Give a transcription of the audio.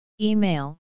Email